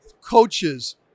coaches